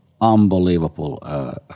unbelievable